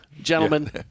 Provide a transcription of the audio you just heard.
Gentlemen